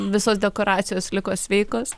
visos dekoracijos liko sveikos